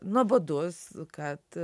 nuobodus kad